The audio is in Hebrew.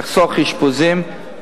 יחסוך אשפוזים.